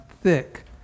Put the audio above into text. thick